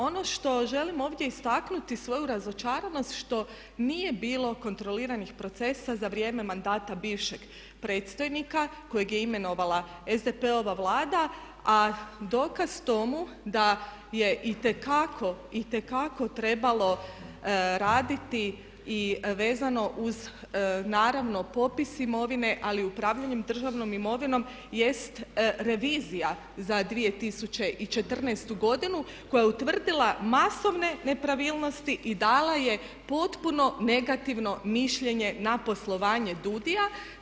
Ono što želim ovdje istaknuti svoju razočaranost što nije bilo kontroliranih procesa za vrijeme mandata bivšeg predstojnika kojeg je imenovala SDP-ova Vlada a dokaz tome da je itekako, itekako trebalo raditi i vezano uz naravno popis imovine, ali upravljanje državnom imovinom jest revizija za 2014. koja je utvrdila masovne nepravilnosti i dala je potpuno negativno mišljenje na poslovanje DUUDI-a.